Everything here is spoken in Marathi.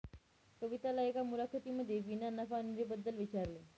कविताला एका मुलाखतीमध्ये विना नफा निधी बद्दल विचारले